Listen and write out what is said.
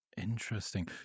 Interesting